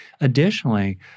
Additionally